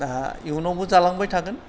दा इयुनावबो जालांबाय थागोन